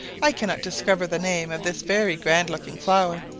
i cannot discover the name of this very grand-looking flower,